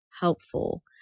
helpful